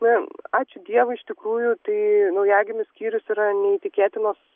na ačiū dievui iš tikrųjų tai naujagimių skyrius yra neįtikėtinos